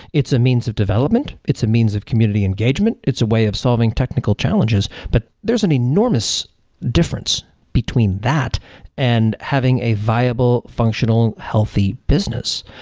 it's a means of development. it's a means of community engagement. it's a way of solving technical challenges, but there's an enormous difference between that and having a viable, functional, healthy business.